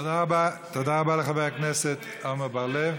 תודה רבה לחבר הכנסת עמר בר-לב.